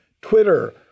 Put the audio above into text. Twitter